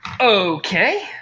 Okay